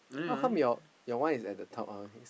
how come your your one is at the top ah